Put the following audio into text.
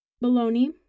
bologna